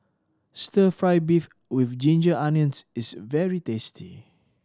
Stir Fry beef with ginger onions is very tasty